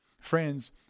Friends